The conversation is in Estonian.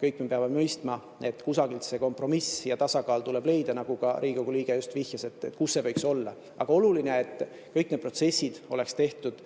kõik me peame mõistma, et kusagil see kompromiss ja tasakaal tuleb leida, nagu ka Riigikogu liige vihjas, et kus see võiks olla. Aga oluline on, et kõik need protsessid oleksid tehtud